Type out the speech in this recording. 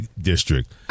District